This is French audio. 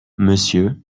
monsieur